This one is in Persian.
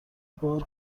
بار